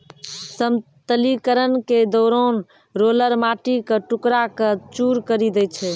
समतलीकरण के दौरान रोलर माटी क टुकड़ा क चूर करी दै छै